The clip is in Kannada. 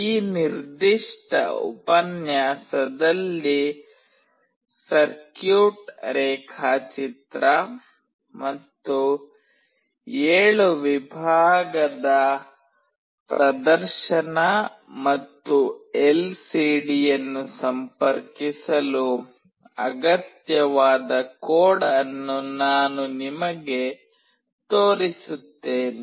ಈ ನಿರ್ದಿಷ್ಟ ಉಪನ್ಯಾಸದಲ್ಲಿ ಸರ್ಕ್ಯೂಟ್ ರೇಖಾಚಿತ್ರ ಮತ್ತು 7 ವಿಭಾಗದ ಪ್ರದರ್ಶನ ಮತ್ತು ಎಲ್ಸಿಡಿಯನ್ನು ಸಂಪರ್ಕಿಸಲು ಅಗತ್ಯವಾದ ಕೋಡ್ ಅನ್ನು ನಾನು ನಿಮಗೆ ತೋರಿಸುತ್ತೇನೆ